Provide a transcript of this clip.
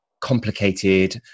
complicated